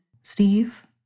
Steve